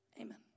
Amen